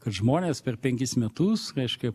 kad žmonės per penkis metus reiškia